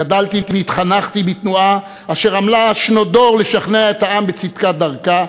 גדלתי והתחנכתי בתנועה אשר עמלה שנות דור לשכנע את העם בצדקת דרכה,